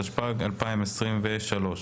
התשפ"ג-2023.